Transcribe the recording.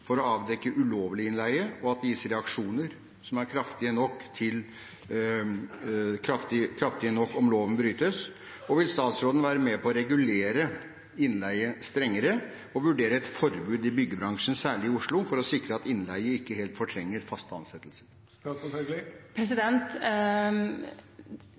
for å avdekke ulovlig innleie, og at det gis reaksjoner som er kraftige nok om loven brytes, og vil statsråden være med på å regulere innleie strengere og vurdere et forbud i byggebransjen, særlig i Oslo, for å sikre at innleie ikke helt fortrenger faste ansettelser?